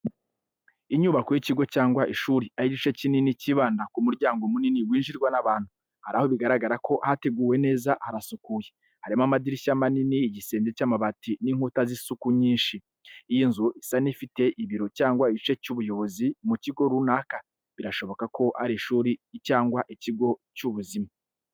Inyubako y’ikigo cyangwa ishuri aho igice kinini cyibanda ku muryango munini winjirwa n’abantu. Hari aho bigaragara ko hateguwe neza harasukuye, harimo amadirishya manini igisenge cy’amabati n’inkuta z’isuku nyinshi. Iyi nzu isa n’ifite ibiro cyangwa igice cy’ubuyobozi mu kigo runaka birashoboka ko ari ishuri cyangwa ikigo cy’ubuzima.